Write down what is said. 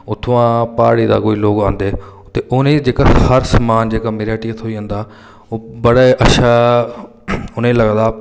उत्थुआं प्हाड़ी दा कोई लोक औंदे ते उ'नें ई जेह्का हर समान जेह्का मेरी हट्टिया थ्होई जंदा ओह् बड़ा अच्छा उ'नेंई लगदा